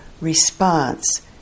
response